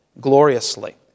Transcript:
gloriously